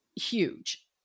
Huge